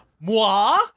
Moi